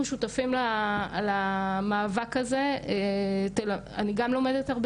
דוברת אחרונה, עו"ד אביר מטאנס,